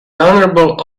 honourable